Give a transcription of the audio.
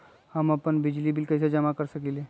हम अपन बिजली बिल कैसे जमा कर सकेली?